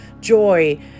joy